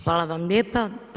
Hvala vam lijepa.